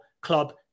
club